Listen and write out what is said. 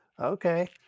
Okay